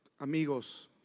Amigos